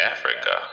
Africa